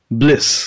bliss